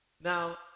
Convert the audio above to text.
Now